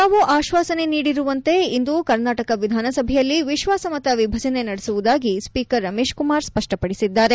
ತಾವು ಆಶ್ನಾಸನೆ ನೀಡಿರುವಂತೆ ಇಂದು ಕರ್ನಾಟಕ ವಿಧಾನಸಭೆಯಲ್ಲಿ ವಿಶ್ವಾಸ ಮತ ವಿಭಜನೆ ನಡೆಸುವುದಾಗಿ ಸ್ವೀಕರ್ ರಮೇಶ್ ಕುಮಾರ್ ಸ್ಪಷ್ಟಪಡಿಸಿದ್ದಾರೆ